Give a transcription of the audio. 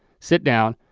sit down,